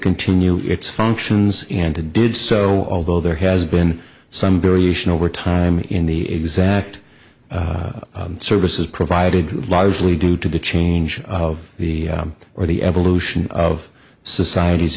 continue its functions and to did so although there has been some variation over time in the exact services provided largely due to the change of the or the evolution of societies